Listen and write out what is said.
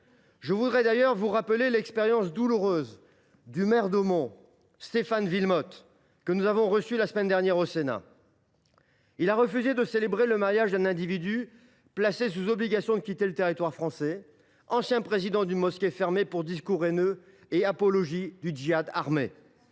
Je voudrais d’ailleurs vous rappeler l’expérience douloureuse de Stéphane Wilmotte, maire d’Hautmont, que nous avons reçu la semaine dernière au Sénat. Il avait refusé de célébrer le mariage d’un individu placé sous obligation de quitter le territoire français, ancien président d’une mosquée fermée pour discours haineux et apologie du djihad armé.